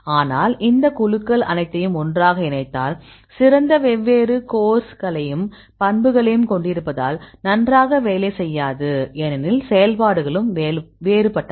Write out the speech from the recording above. ஆனால் இந்த குழுக்கள் அனைத்தையும் ஒன்றாக இணைத்தால் சிறந்த வெவ்வேறு கோர்ஸ்களையும் பண்புகளையும் கொண்டிருப்பதால் நன்றாக வேலை செய்யாது ஏனெனில் செயல்பாடுகளும் வேறுபட்டவை